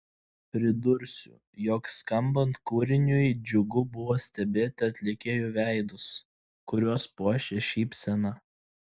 pridursiu jog skambant kūriniui džiugu buvo stebėti atlikėjų veidus kuriuos puošė šypsena